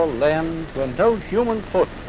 ah lands where no human foot